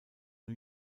new